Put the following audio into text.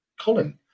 Colin